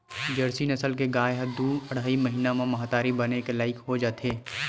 Jersey नसल के गाय ह दू अड़हई महिना म महतारी बने के लइक हो जाथे